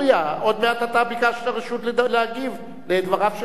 עוד מעט, ביקשת רשות להגיב על דבריו של השר.